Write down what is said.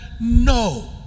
no